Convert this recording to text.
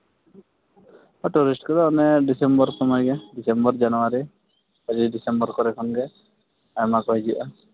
tourist ᱠᱚᱫᱚ ᱚᱱᱮ December ᱥᱚᱢᱚᱭ ᱜᱮ ᱰᱤᱥᱮᱢᱵᱚᱨ ᱡᱟᱱᱩᱣᱟᱨᱤ ᱯᱚᱸᱪᱤᱥ ᱰᱤᱥᱮᱢᱵᱚᱨ ᱠᱚᱨᱮ ᱠᱷᱚᱱᱜᱮ ᱟᱭᱢᱟ ᱠᱚ ᱦᱤᱡᱩᱜᱼᱟ